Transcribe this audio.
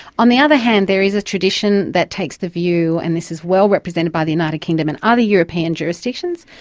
on the other hand there is a tradition that takes the view, and this is well represented by the united kingdom and other european jurisdictions,